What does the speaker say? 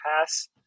Pass